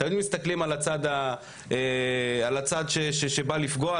תמיד מסתכלים על הצד שבא לפגוע,